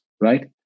right